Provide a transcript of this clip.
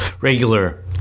regular